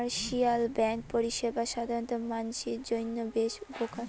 commercial bank পরিষেবা সাধারণ মানসির জইন্যে বেশ উপকার